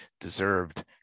deserved